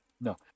No